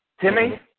Timmy